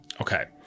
Okay